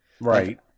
Right